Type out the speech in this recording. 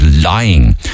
lying